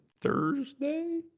Thursday